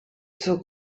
zur